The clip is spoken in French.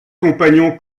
compagnon